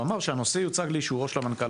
הוא אמר שהנושא הוצג לאישורו של המנכ"ל